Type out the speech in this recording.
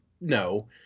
No